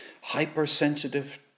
Hypersensitive